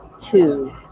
two